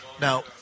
Now